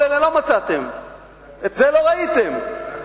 את כל אלה לא מצאתם, את זה לא ראיתם בתל-אביב.